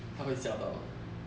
他会吓都